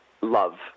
love